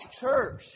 church